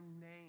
name